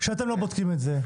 שאתם לא בודקים את זה,